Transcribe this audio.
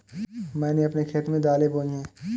मैंने अपने खेत में दालें बोई हैं